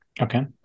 Okay